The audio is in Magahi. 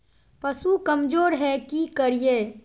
पशु कमज़ोर है कि करिये?